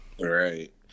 right